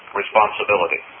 responsibility